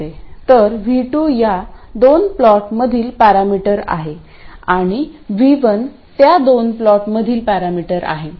तर V2 या दोन प्लॉटमधील पॅरामीटर आहे आणि V1 त्या दोन प्लॉटमधील पॅरामीटर आहे